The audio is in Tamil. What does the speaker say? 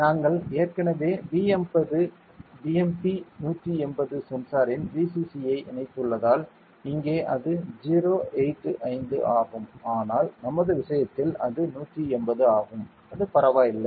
நாங்கள் ஏற்கனவே BMP180 சென்சாரின் VCC ஐ இணைத்துள்ளதால் இங்கே அது 085 ஆகும் ஆனால் நமது விஷயத்தில் அது 180 ஆகும் அது பரவாயில்லை